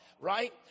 Right